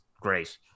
great